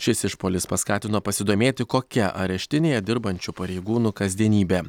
šis išpuolis paskatino pasidomėti kokia areštinėje dirbančių pareigūnų kasdienybė